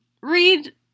Read